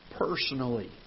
Personally